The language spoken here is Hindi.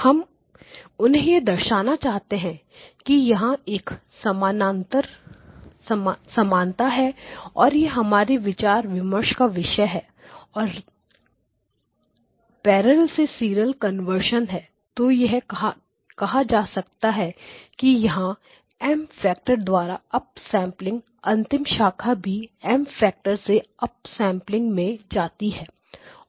हम उन्हें यह दर्शाना चाहते हैं कि यहां एक समानता है और यह हमारे विचार विमर्श का विषय है और replace by पैरेलल से सीरियल कन्वर्शन है तो यह कहा जा सकता है कि यहां एम M फैक्टर द्वारा अप सेंपलिंग अंतिम शाखा भी एम फैक्टर से अप सैंपल में जाती है